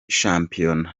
shampiona